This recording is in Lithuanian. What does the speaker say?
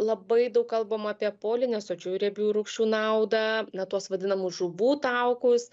labai daug kalbama apie polinesočiųjų riebiųjų rūgščių naudą na tuos vadinamus žuvų taukus